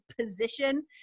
position